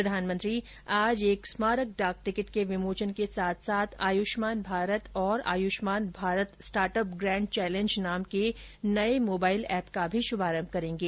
प्रधानमंत्री मोदी आज एक स्मारक डाक टिकट के विमोचन के साथ साथ आयुष्मान भारत और Ayushman Bharat startup grand challenge नाम के नये मोबाइल ऐप का शुभारंभ भी ं करेंगे